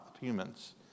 humans